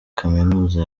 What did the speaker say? kaminuza